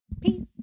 Peace